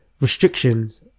restrictions